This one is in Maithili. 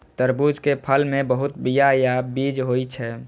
तरबूज के फल मे बहुत बीया या बीज होइ छै